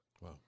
wow